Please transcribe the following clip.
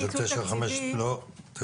של 959?